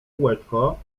kółeczko